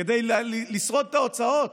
כדי לשרוד את ההוצאות,